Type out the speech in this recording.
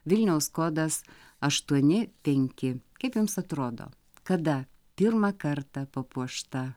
vilniaus kodas aštuoni penki kaip jums atrodo kada pirmą kartą papuošta